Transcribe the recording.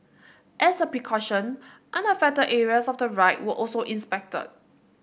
as a precaution unaffected areas of the ride were also inspected